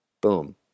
boom